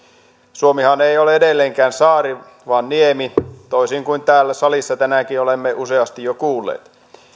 suomihan ei ole edelleenkään saari vaan niemi toisin kuin täällä salissa tänäänkin olemme useasti jo kuulleet